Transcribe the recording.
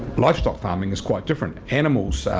livestock farming is quite different. animals,